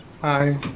Hi